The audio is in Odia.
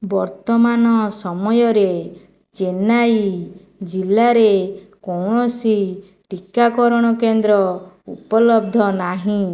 ବର୍ତ୍ତମାନ ସମୟରେ ଚେନ୍ନାଇ ଜିଲ୍ଲାରେ କୌଣସି ଟିକାକରଣ କେନ୍ଦ୍ର ଉପଲବ୍ଧ ନାହିଁ